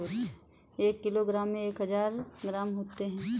एक किलोग्राम में एक हजार ग्राम होते हैं